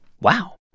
Wow